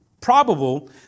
probable